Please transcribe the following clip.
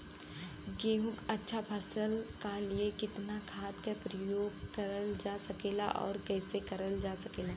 गेहूँक अच्छा फसल क लिए कितना खाद के प्रयोग करल जा सकेला और कैसे करल जा सकेला?